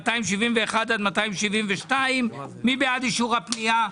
מספר 271 עד 272. מי בעד אישור הפניות?